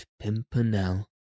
Pimpernel